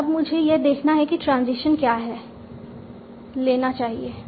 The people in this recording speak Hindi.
और अब मुझे यह देखना है कि ट्रांजिशन क्या है लेना चाहिए